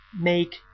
make